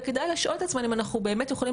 וכדאי לשאול את עצמנו אם אנחנו באמת יכולים